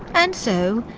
and so,